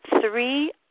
three